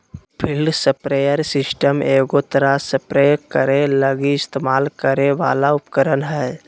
field sprayer system एगो तरह spray करे लगी इस्तेमाल करे वाला उपकरण हइ